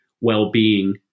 well-being